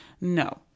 No